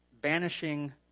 banishing